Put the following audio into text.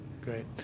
Great